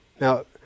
Now